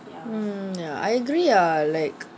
mm ya I agree lah like